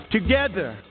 Together